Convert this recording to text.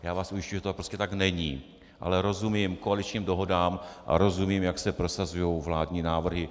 Já vás ujišťuji, že to prostě tak není, ale rozumím koaličním dohodám a rozumím, jak se prosazují vládní návrhy.